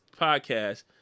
podcast